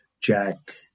Jack